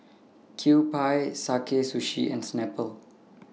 Kewpie Sakae Sushi and Snapple